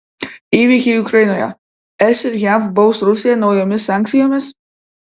įvykiai ukrainoje es ir jav baus rusiją naujomis sankcijomis